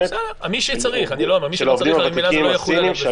של העובדים הוותיקים הסינים -- בסדר,